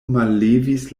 mallevis